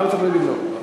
למה צריך להגיד לא?